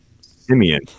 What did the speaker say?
Simeon